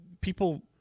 people